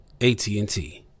AT&T